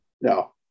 No